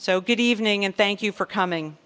so good evening and thank you for coming